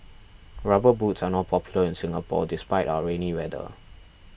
rubber boots are not popular in Singapore despite our rainy weather